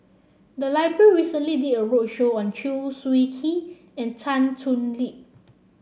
the library recently did a roadshow on Chew Swee Kee and Tan Thoon Lip